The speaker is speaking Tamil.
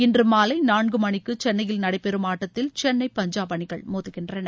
இன்றுமாலை நான்கு மணிக்கு சென்னையில் நடைபெறும் ஆட்டத்தில் சென்னை பஞ்சாப் அணிகள் மோதுகின்றன